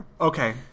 Okay